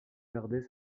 gardait